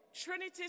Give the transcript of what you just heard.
Trinity